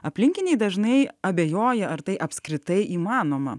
aplinkiniai dažnai abejoja ar tai apskritai įmanoma